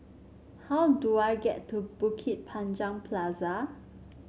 how do I get to Bukit Panjang Plaza